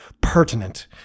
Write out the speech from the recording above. pertinent